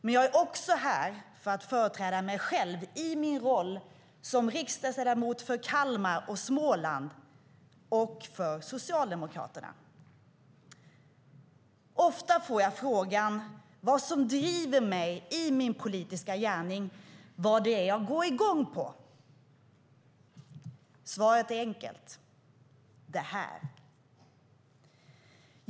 Men jag är också här för att företräda mig själv i min roll som riksdagsledamot för Kalmar och Småland och för att företräda Socialdemokraterna. Ofta får jag frågan vad som driver mig i min politiska gärning, vad det är jag går i gång på. Svaret är enkelt: Det här.